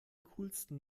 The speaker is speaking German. coolsten